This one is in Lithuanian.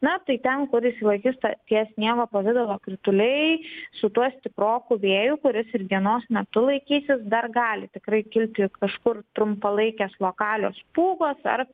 na tai ten kur išsilaikys ta tie sniego pavidalo krituliai su tuo stiproku vėju kuris ir dienos metu laikysis dar gali tikrai kilti kažkur trumpalaikės lokalios pūgos ar